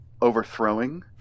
overthrowing